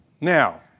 Now